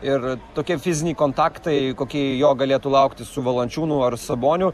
ir tokie fiziniai kontaktai kokie jo galėtų laukti su valančiūnu ar saboniu